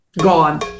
gone